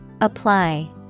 Apply